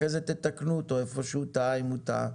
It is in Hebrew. אחרי כן תתקנו אותו היכן שהוא טעה, אם הוא טעה.